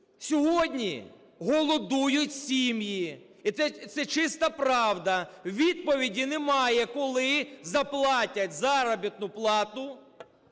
Сьогодні голодують сім'ї, і це чиста правда. Відповіді немає, коли заплатять заробітну плату